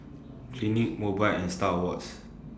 Clinique Mobike and STAR Awards